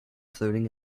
floating